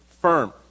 firm